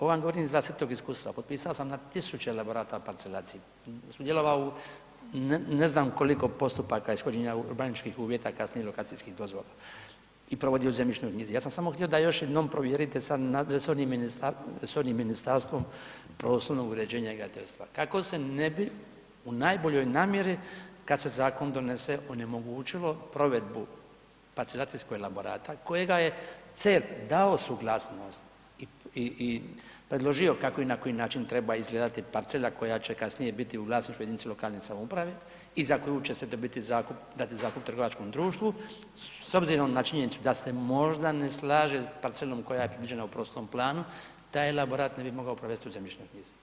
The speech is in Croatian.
Ovo vam govorim iz vlastitog iskustva, potpisao sam na tisuće elaborata parcelacije, sudjelovao u ne znam koliko postupaka ishođenja urbanističkih uvjeta, kasnije lokacijskih dozvola i provodio u zemljišnoj knjizi, ja sam samo htio da još jednom provjerite sa resornim Ministarstvom prostornom uređenja i graditeljstva kako se ne bi u najboljoj namjeri kad se zakon donese, onemogućilo provedbu parcelacijskog elaborata kojega je CERP dao suglasnost i predložio kako i na koji način treba izgledati parcela koja će kasnije biti u vlasništvu jedinica lokalne samouprave i za koju će se dobiti zakup, dati zakup trgovačkom društvu s obzirom na činjenicu da ste možda ne slaže s parcelom koja je knjižena u prostornom planu, taj elaborat ne bi mogao provesti u zemljišnoj knjizi.